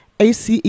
ACE